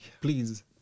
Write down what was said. please